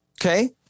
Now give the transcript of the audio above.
Okay